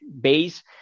base